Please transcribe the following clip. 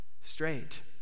straight